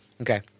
Okay